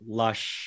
lush